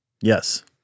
Yes